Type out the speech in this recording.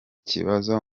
kibazo